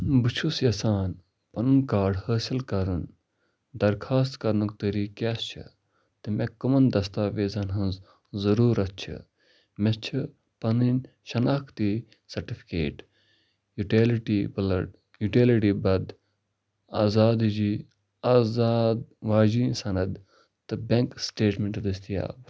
بہٕ چھُس یژھان پنُن کارڈ حٲصل کرُن درخوٛاست کرنُک طریقہٕ کیٛاہ چھُ تہٕ مےٚ کٕمن دستاویزن ہنٛز ضروٗرت چھِ مےٚ چھ پنٕنۍ شناختی سٔٹفِکیٹ یوٹیلٹی بلَڈ یوٹیلٹی پتہٕ آزادٕ جی آزاد واجِنۍ سَند تہٕ بیٚنٛک سٹیٹمیٚنٛٹ دستیاب